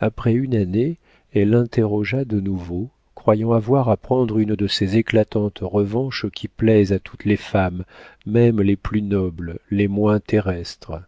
après une année elle l'interrogea de nouveau croyant avoir à prendre une de ces éclatantes revanches qui plaisent à toutes les femmes même les plus nobles les moins terrestres